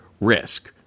risk